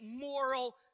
moral